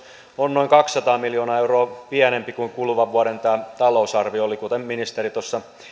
on noin kaksisataa miljoonaa euroa pienempi kuin kuluvan vuoden talousarvio oli kuten ministeri tuossa